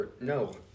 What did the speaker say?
No